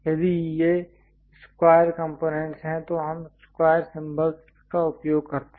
यदि ये square components हैं तो हम स्क्वायर सिंबल्स का उपयोग करते हैं